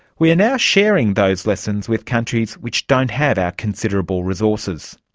we are now sharing those lessons with countries which don't have our considerable resources.